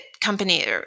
company